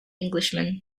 englishman